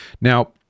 Now